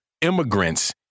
immigrants